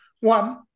One